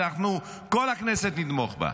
אנחנו, כל הכנסת, נתמוך בה: